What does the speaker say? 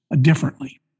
differently